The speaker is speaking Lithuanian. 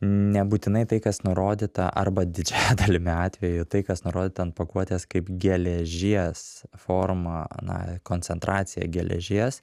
nebūtinai tai kas nurodyta arba didžiąja dalimi atvejų tai kas nurodyta ant pakuotės kaip geležies forma na koncentracija geležies